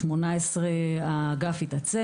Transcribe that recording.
2018 האגף התעצם